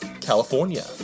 California